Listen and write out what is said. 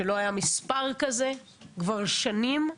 שלא היה מספר כזה כבר שנים.